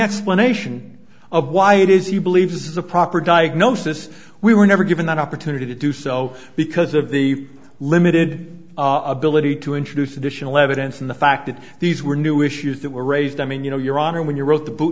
explanation of why it is he believes is a proper diagnosis we were never given that opportunity to do so because of the limited ability to introduce additional evidence and the fact that these were new issues that were raised i mean you know your honor when you wrote the boo